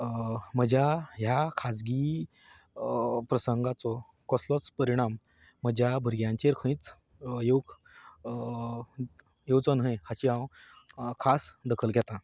म्हज्या ह्या खाजगी प्रसंगांचो कसलोच परिणाम म्हज्या भुरग्यांचेर खंयच येवंक येवचो न्हय हाची हांव खास दखल घेतां